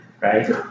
right